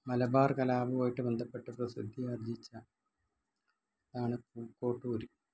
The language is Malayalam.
മലബാർ കലാപമായിട്ട് ബന്ധപ്പെട്ട് പ്രസിദ്ധി ആർജ്ജിച്ചത് ആണ് പൂക്കോട്ടൂർ